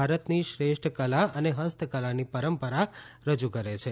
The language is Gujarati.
ભારતની શ્રેષ્ઠ કલા અને ફસ્ત કલાની પરંપરા રજૂ કરે છે